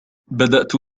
بدأت